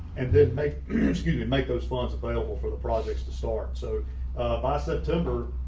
and then make it make those funds available for the projects to start. so by september,